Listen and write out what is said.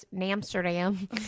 Amsterdam